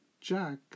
Jack